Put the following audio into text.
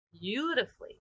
beautifully